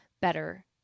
better